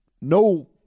no